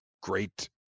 great